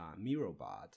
MiroBot